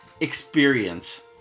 experience